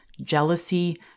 jealousy